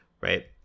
right